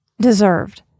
deserved